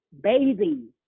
bathing